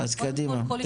קודם כל,